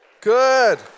Good